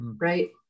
Right